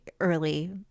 early